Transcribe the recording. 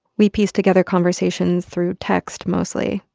we piece together conversations through text mostly,